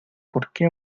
porqué